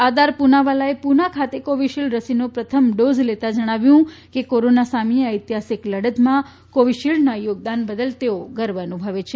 આદાર પુનાવાલાએ પુના ખાતે કોવિશીલ્ડ રસીનો પ્રથમ ડોઝ લેતા જણાવ્યું કે કોરોના સામેની આ ઐતિહાસિક લડતમાં કોવીશીલ્ડના યોગદાન બદલ તેઓ ગર્વ અનુભવે છે